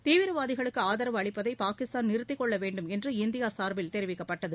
தீவிரவாதிகளுக்கு ஆதரவு அளிப்பதை பாகிஸ்தாள் நிறுத்திக் கொள்ள வேண்டுமெள்று இந்தியா சார்பில் தெரிவிக்கப்பட்டது